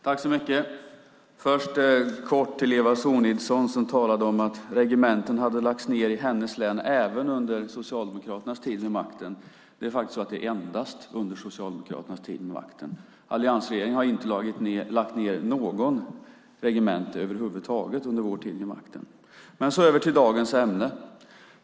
Fru talman! Först vill jag kort säga till Eva Sonidsson, som talade om att regementen hade lagts ned i hennes län även under Socialdemokraternas tid vid makten, att det faktiskt är så att det endast är under Socialdemokraternas tid vid makten. Alliansregeringen har inte lagt ned något regemente över huvud taget under vår tid vid makten. Över till dagens ämne.